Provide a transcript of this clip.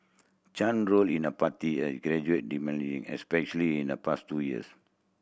Chen role in a party gradually especially in the past two years